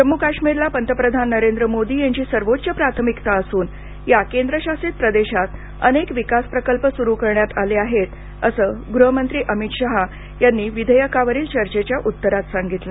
जम्मू काश्मीरला पंतप्रधान नरेंद्र मोदी यांची सर्वोच्च प्राथमिकता असून या केंद्र शासित प्रदेशात अनेक विकास प्रकल्प सुरू करण्यात आले आहेत असं गृहमंत्री अमित शहा यांनी विधेयकावरील चर्चेच्या उत्तरात सांगितलं